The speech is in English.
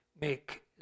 make